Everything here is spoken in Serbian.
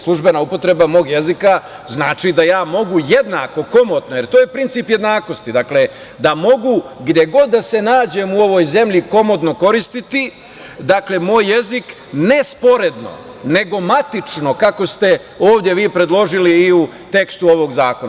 Službena upotreba mog jezika znači da ja mogu jednako, komotno, jer to je princip jednakosti, dakle da mogu gde god da se nađem u ovoj zemlji komotno koristiti moj jezik, ne sporedno, nego matično, kako ste ovde vi predložili i u tekstu ovog zakona.